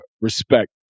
respect